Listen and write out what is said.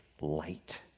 light